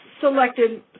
selected